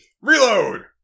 Reload